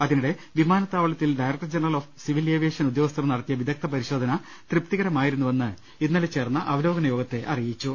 അതിനിടെ വിമാനത്താവളത്തിൽ director general of civil aviation ഉദ്യോഗസ്ഥർ നടത്തിയ വിദഗ്ദ്ധ പരിശോധന തൃപ്തികരമായിരുന്നുവെന്ന് ഇന്നലെ ചേർന്ന അവലോകനയോഗത്തെ അറിയിച്ചു